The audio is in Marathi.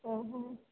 हो हो